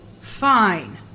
Fine